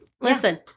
Listen